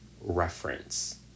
reference